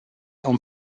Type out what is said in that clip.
own